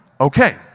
Okay